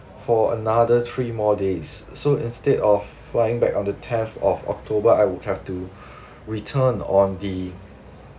for another three more days so instead of flying back on the tenth of october I would have to return on the